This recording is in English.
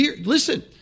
listen